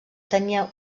tenia